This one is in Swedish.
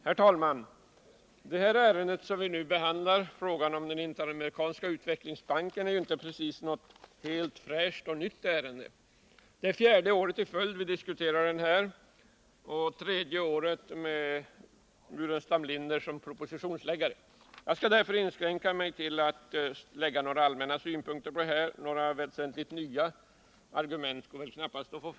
Herr talman! Det ärende som nu är föremål för behandling — frågan om Interamerikanska utvecklingsbanken — är inte precis något helt nytt och fräscht ärende. För fjärde året i följd diskuterar vi frågan, och det är tredje året som vi har Staffan Burenstam Linder som propositionsläggare. Jag skall inskränka mig till att anlägga några allmänna synpunkter, för några nya argument blir det väl knappast tal om.